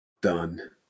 Done